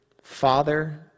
Father